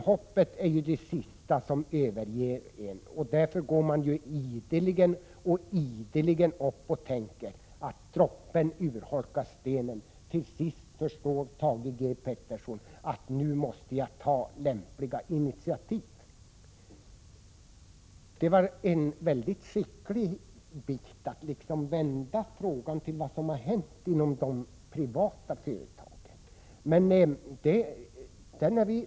Hoppet är judet sista som överger en. Man går ideligen och tänker att droppen urholkar stenen, så till sist förstår Thage Peterson att han måste ta lämpliga initiativ. Det var en mycket skicklig manöver att vända frågan till vad som har hänt inom de privata företagen.